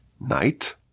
night